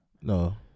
No